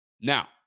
Now